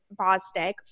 Bostick